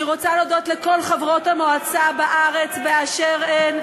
אני רוצה להודות לכל חברות המועצה בארץ באשר הן.